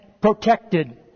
protected